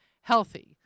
healthy